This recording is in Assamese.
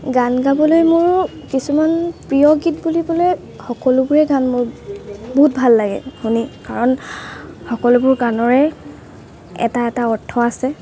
গান গাবলৈ মোৰ কিছুমান প্ৰিয় গীত বুলি ক'লে সকলোবোৰেই গান মোৰ বহুত ভাল লাগে শুনি কাৰণ সকলোবোৰ গানৰে এটা এটা অৰ্থ আছে